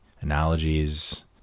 analogies